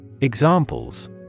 Examples